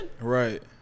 right